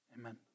Amen